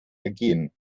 ergehen